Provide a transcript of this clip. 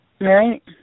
Right